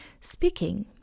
speaking